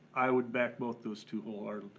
i would back both those two ah